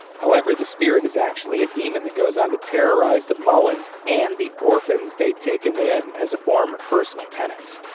however, the spirit is actually a demon that goes on to terrorize the mullins and the orphans they'd taken in as a form of personal penance.